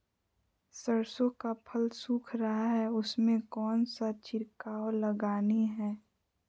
सरसो का फल सुख रहा है उसमें कौन सा छिड़काव लगानी है?